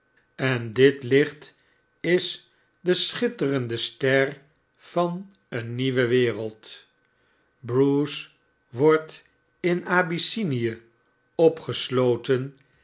en dit licht is de schitterende ster van een nieuwe wereld bruce wordt hr abyssinie opgesioten